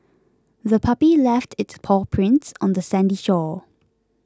the puppy left its paw prints on the sandy shore